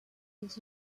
des